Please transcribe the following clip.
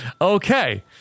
Okay